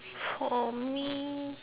for me